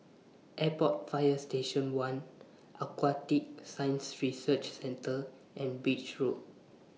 Airport Fire Station one Aquatic Science Research Centre and Beach Road